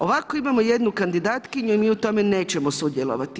Ovako imamo jednu kandidatkinju i mi u tome nećemo sudjelovati.